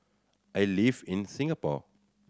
I live in Singapore